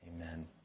amen